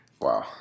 Wow